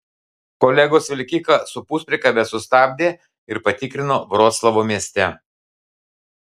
kolegos vilkiką su puspriekabe sustabdė ir patikrino vroclavo mieste